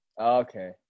Okay